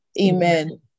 Amen